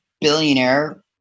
billionaire